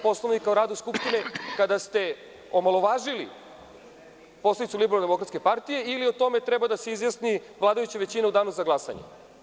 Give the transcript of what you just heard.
Poslovnika o radu Skupštine kada ste omalovažili poslanicu LDP ili o tome treba da se izjasni vladajuća većina u danu za glasanje.